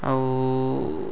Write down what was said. ଆଉ